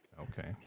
Okay